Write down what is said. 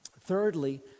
Thirdly